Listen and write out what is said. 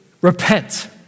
repent